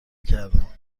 کردم